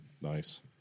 Nice